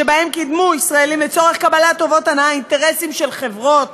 שבהם קידמו ישראלים לצורך קבלת טובות הנאה אינטרסים של חברות